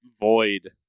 Void